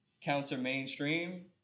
counter-mainstream